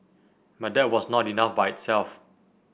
but that was not enough by itself